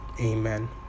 Amen